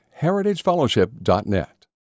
heritagefellowship.net